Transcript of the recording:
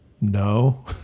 no